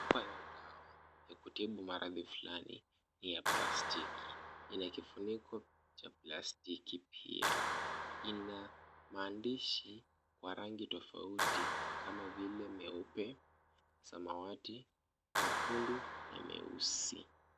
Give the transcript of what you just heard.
Chupa ya dawa ya kutibu maradhi flani ni ya plastiki . Ina kifuniko cha plastiki pia. Ina maandishi wa rangi tofauti kama vile meupe , samawati mekundu na meusi.